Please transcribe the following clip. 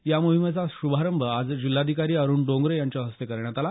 या मोहिमेचा शुभारंभ आज जिल्हाधिकारी अरूण डोंगरे यांच्या हस्ते करण्यात आला